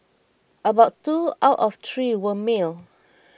about two out of three were male